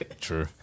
true